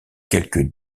quelques